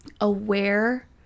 aware